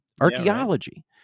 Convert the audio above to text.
archaeology